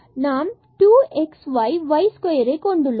நாம் 2 x y y square கொண்டுள்ளோம்